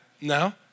No